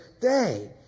day